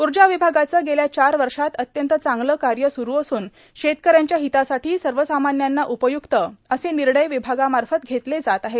ऊर्जा विभागाचे गेल्या चार वर्षात अत्यंत चांगले कार्य स्रु असून शेतकऱ्यांच्या हितासाठीसर्वसामान्यांना उपय्क्त असे निर्णय विभागामार्फत घेतले जात आहेत